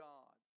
God